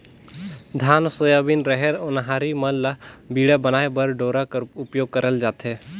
धान, सोयाबीन, रहेर, ओन्हारी मन ल बीड़ा बनाए बर डोरा कर उपियोग करल जाथे